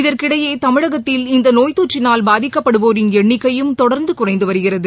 இதற்கிடையே தமிழகத்தில் இந்த நோய் தொற்றினால் பாதிக்கப்படுவோரின் எண்ணிக்கையும் தொடர்ந்து குறைந்து வருகிறது